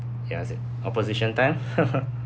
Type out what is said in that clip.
ya it's the opposition time